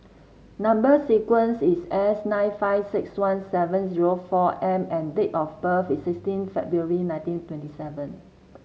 number sequence is S nine five six one seven zero four M and date of birth is sixteen February nineteen twenty seven